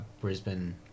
brisbane